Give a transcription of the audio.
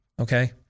okay